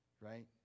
right